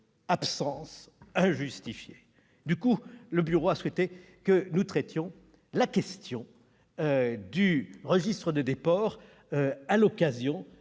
absence injustifiée. Le bureau a donc souhaité que nous traitions la question du registre des déports à l'occasion